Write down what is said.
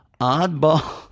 Oddball